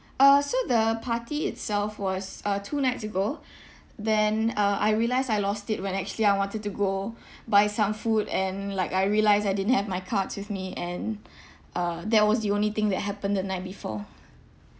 uh so the party itself was uh two nights ago then uh I realised I lost it when I actually I wanted to go buy some food and like I realised I didn't have my cards with me and uh that was the only thing that happened the night before